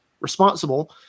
responsible